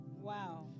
Wow